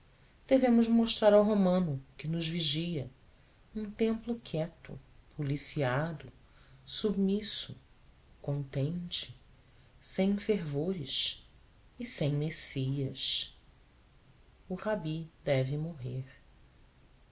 devemos mostrar ao romano que nos vigia um templo quieto policiado submisso contente sem fervores e sem messias o rabi deve morrer